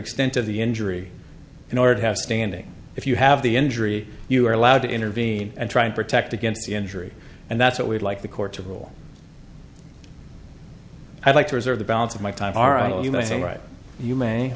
extent of the injury in order to have standing if you have the injury you are allowed to intervene and try and protect against the injury and that's what we'd like the court to rule i'd like to reserve the balance of my time